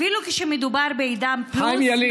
אפילו כשמדובר בעידן פלוס,